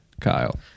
Kyle